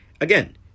Again